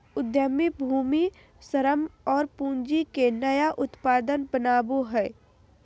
उद्यमी भूमि, श्रम और पूँजी के नया उत्पाद बनावो हइ